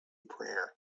prayer